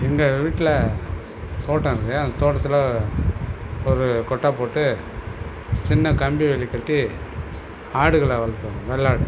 எங்கள் வீட்டில் தோட்டம் இருக்கு அந்த தோட்டத்தில் ஒரு கொட்டை போட்டு சின்ன கம்பி வேலி கட்டி ஆடுகளை வளர்த்து வந்தோம் வெள்ளாடு